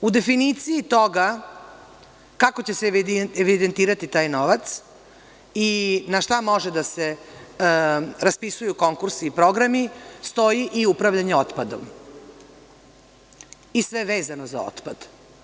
U definiciji toga kako će se evidentirati taj novac i na šta može da se raspisuju konkursi i programi, stoji i upravljanje otpadom i sve vezano za otpad.